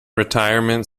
retirement